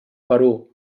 perú